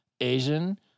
Asian